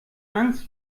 angst